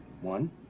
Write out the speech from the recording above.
One